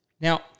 Now